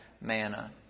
manna